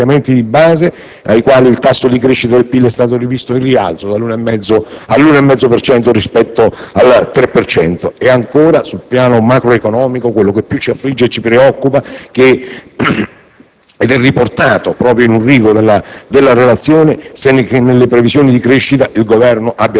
per intervenire sull'aumento della bolletta energetica. Allo stesso tempo, il DPEF non considera gli elementi in base ai quali il tasso di crescita del PIL è stato rivisto in rialzo dell'1,5 per cento rispetto al 3 per cento. E ancora, sul piano macroeconomico, quello che più ci affligge